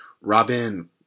Robin